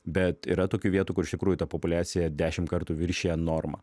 bet yra tokių vietų kur iš tikrųjų ta populiacija dešim kartų viršija normą